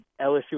LSU